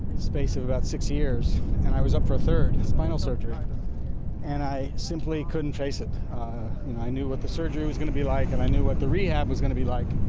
space of about six years, and i was up for a third spinal surgery and i simply couldn't face it. and i knew what the surgery was going to be like and i knew what the rehab was going to be like.